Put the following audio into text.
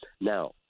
Now